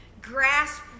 grasp